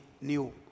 new